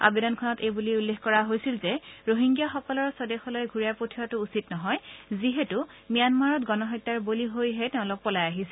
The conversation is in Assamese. আবেদনখনত এই বুলি উল্লেখ কৰা হৈছিল যে ৰহিংগীয়াসকলক স্বদেশলৈ ঘূৰাই পঠিওৱা উচিত নহয় যিহেতু ম্যানমাৰত গণহত্যাৰ বলি হৈ তেওঁ পলাই আহিছিল